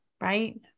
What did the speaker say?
right